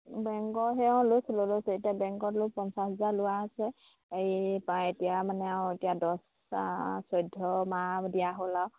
বেংকৰ সেই অঁ লৈছিলোঁ লৈছোঁ এতিয়া বেংকত লোন পঞ্চাছ হেজাৰ লোৱা আছে এই পৰা এতিয়া মানে আৰু এতিয়া দছটা চৈধ্য মাহ দিয়া হ'ল আৰু